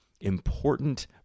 important